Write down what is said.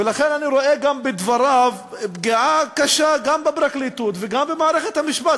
ולכן אני רואה בדבריו פגיעה קשה גם בפרקליטות וגם במערכת המשפט.